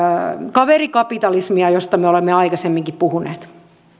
kaverikapitalismia josta me olemme aikaisemminkin puhuneet